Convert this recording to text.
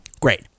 Great